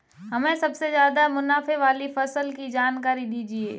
हमें सबसे ज़्यादा मुनाफे वाली फसल की जानकारी दीजिए